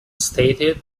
stated